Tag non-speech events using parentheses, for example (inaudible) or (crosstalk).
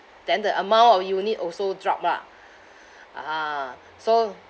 then the amount of unit also drop lah (breath) ah so